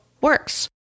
works